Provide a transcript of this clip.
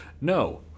no